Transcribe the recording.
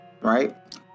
right